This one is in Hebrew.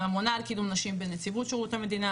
לממונה על קידום נשים בנציבות שירות המדינה,